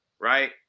right